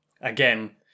again